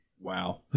Wow